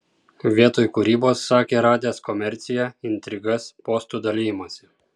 vietoj kūrybos sakė radęs komerciją intrigas postų dalijimąsi